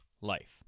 life